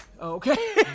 Okay